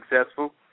successful